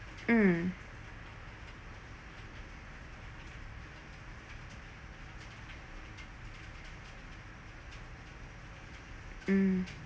mm mm